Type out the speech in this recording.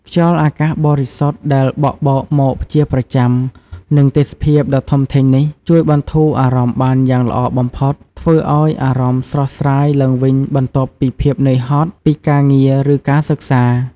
ខ្យល់អាកាសបរិសុទ្ធដែលបក់បោកមកជាប្រចាំ និងទេសភាពដ៏ធំធេងនេះ ជួយបន្ធូរអារម្មណ៍បានយ៉ាងល្អបំផុត ធ្វើឲ្យអារម្មណ៍ស្រស់ស្រាយឡើងវិញបន្ទាប់ពីភាពនឿយហត់ពីការងារឬការសិក្សា។